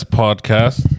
podcast